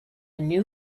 new